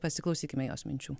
pasiklausykime jos minčių